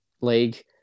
league